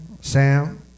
Sam